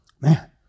Man